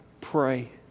pray